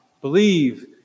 Believe